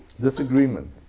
disagreement